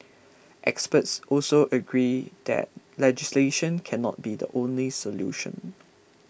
experts also agree that legislation cannot be the only solution